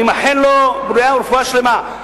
אני מאחל לו בריאות ורפואה שלמה.